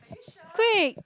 quick